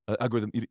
algorithm